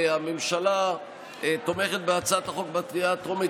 הממשלה תומכת בהצעת החוק בקריאה הטרומית,